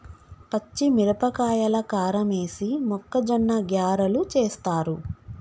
పచ్చిమిరపకాయల కారమేసి మొక్కజొన్న గ్యారలు చేస్తారు